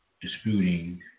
disputing